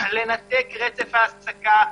לנתק רצף העסקה,